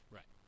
Right